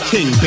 King